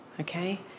Okay